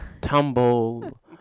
tumble